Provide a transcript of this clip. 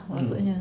mm